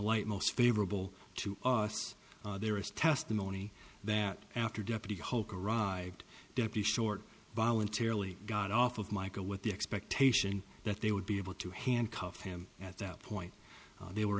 light most favorable to us there is testimony that after deputy hulk arrived deputy short voluntarily got off of michael with the expectation that they would be able to handcuff him at that point they were